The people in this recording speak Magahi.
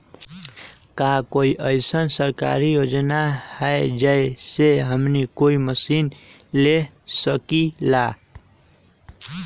का कोई अइसन सरकारी योजना है जै से हमनी कोई मशीन ले सकीं ला?